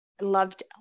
loved